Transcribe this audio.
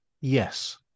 Yes